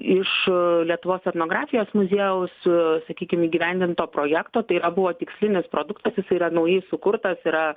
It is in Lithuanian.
iš lietuvos etnografijos muziejaus sakykim įgyvendinto projekto tai yra buvo tikslinis produktas jis yra naujai sukurtas yra